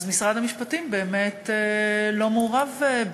משרד המשפטים באמת לא מעורב.